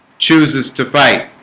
chooses to fight